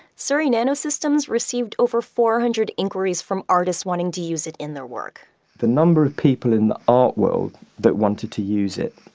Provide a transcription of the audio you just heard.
surrey nanosystems received over four hundred inquiries from artists wanting to use it in their work the number of people in the art world that wanted to use it,